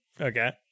Okay